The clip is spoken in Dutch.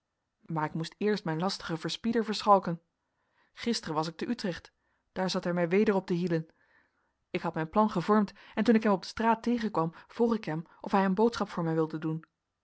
maar ik moest eerst mijn lastigen verspieder verschalken gisteren was ik te utrecht daar zat hij mij weder op te hielen ik had mijn plan gevormd en toen ik hem op de straat tegenkwam vroeg ik hem of hij een boodschap voor mij wilde doen